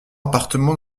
appartement